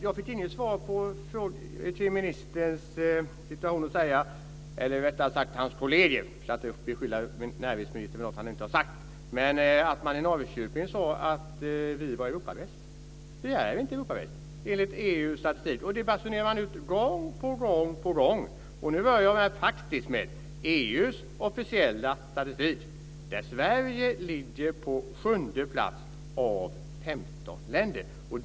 Jag fick ingen kommentar kring att ministerns kolleger vid mötet i Norrköping sade att vi är bäst i Europa. Vi är inte bäst i Europa enligt EU:s statistik. Det basunerar man ut gång på gång. Nu börjar jag taktiskt med EU:s officiella statistik där Sverige ligger på 7:e plats av 15 länder.